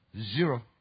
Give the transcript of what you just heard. zero